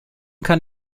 kann